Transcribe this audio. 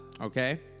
okay